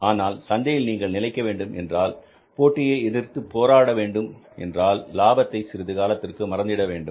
ஆனால் சந்தையில் நீங்கள் நிலைக்க வேண்டும் என்றால் போட்டியை எதிர்த்து போராட வேண்டும் என்றால் லாபத்தை சிறிது காலத்திற்கு மறந்திட வேண்டும்